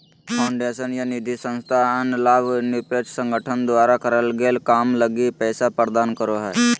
foundation या निधिसंस्था अन्य लाभ निरपेक्ष संगठन द्वारा करल गेल काम लगी पैसा प्रदान करो हय